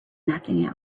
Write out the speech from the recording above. nothing